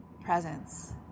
presence